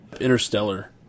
interstellar